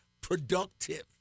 Productive